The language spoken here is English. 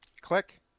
Click